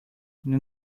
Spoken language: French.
nous